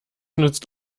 nützt